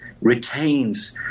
retains